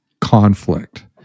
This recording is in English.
conflict